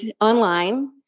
online